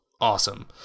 awesome